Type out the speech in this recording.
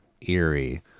eerie